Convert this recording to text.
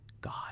God